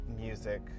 music